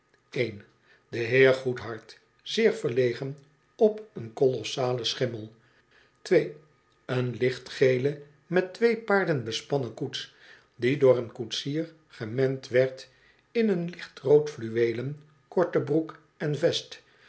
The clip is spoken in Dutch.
een de heer goedhart zeer verlegen op een kolossalen schimmel twee een lichtgele met twee paarden bespannen koets die door een koetsier gemend werd in een lichtrood fluweelen korte broek en vest